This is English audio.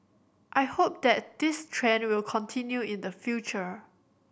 I hope that this trend will continue in the future